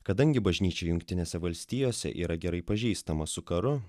kadangi bažnyčia jungtinėse valstijose yra gerai pažįstama su karu